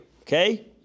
Okay